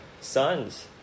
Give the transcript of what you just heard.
sons